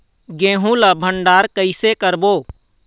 गेहूं ला भंडार कई से करबो?